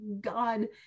God